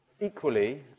Equally